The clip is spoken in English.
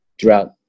throughout